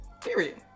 period